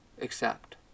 accept